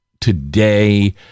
today